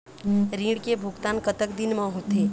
ऋण के भुगतान कतक दिन म होथे?